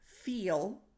feel